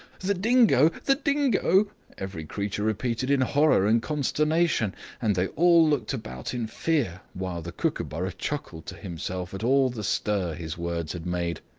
the dingo! the dingo! every creature repeated in horror and consternation and they all looked about in fear, while the kookooburra chuckled to himself at all the stir his words had made.